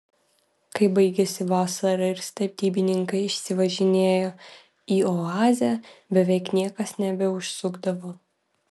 kai baigėsi vasara ir statybininkai išsivažinėjo į oazę beveik niekas nebeužsukdavo